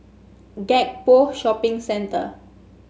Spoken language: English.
Gek Poh Shopping Centre